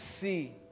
see